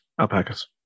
alpacas